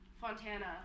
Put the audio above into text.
Fontana